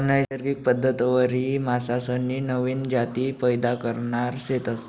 अनैसर्गिक पद्धतवरी मासासनी नवीन जाती पैदा करणार शेतस